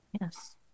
Yes